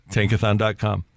Tankathon.com